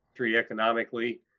economically